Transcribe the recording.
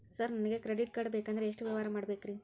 Sir ನನಗೆ credit card ಬೇಕಂದ್ರೆ ಎಷ್ಟು ವ್ಯವಹಾರ ಮಾಡಬೇಕ್ರಿ?